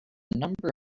number